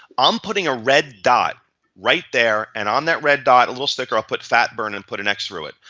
i'm putting a red dot right there and on that red dot, a little sticker i put fat burner and put an x through it.